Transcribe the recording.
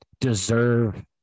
deserve